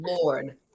Lord